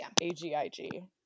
agig